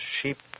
sheep